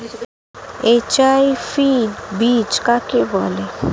HYV বীজ কাকে বলে?